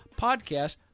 podcast